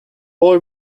boy